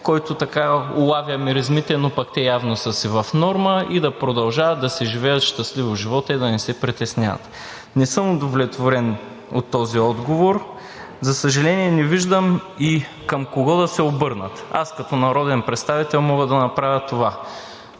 който улавя миризмите, но пък те явно са си в норма и да продължават да си живеят щастливо живота и да не се притесняват. Не съм удовлетворен от този отговор. За съжаление, не виждам и към кого да се обърнат. Аз като народен представител мога да направя това